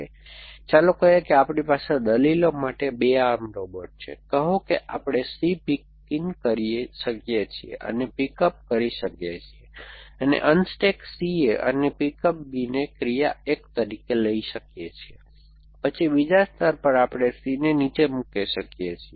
તેથી ચાલો કહીએ કે આપણી પાસે દલીલો માટે 2 આર્મ રોબોટ છે કહો કે આપણે C પિક ઇન કરી શકીએ છીએ અને પિક અપ કરી શકીએ છીએ અને અનસ્ટૅક C A અને પિક અપ B ને ક્રિયા 1 તરીકે લઈ શકીએ છીએ પછી બીજા સ્તર પર આપણે C નીચે મૂકી શકીએ છીએ